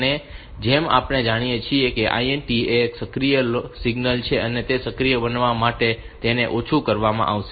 અને જેમ આપણે જાણીએ છીએ કે INTA એ એક સક્રિય લો સિગ્નલ છે તેને સક્રિય બનાવવા માટે તેને ઓછું કરવામાં આવશે